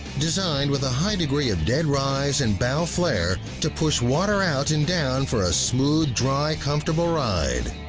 designed with a high-degree of dead-rise and bow flare, to push water out and down for a smooth, dry, comfortable ride!